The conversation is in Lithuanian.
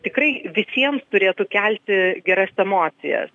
tikrai visiems turėtų kelti geras emocijas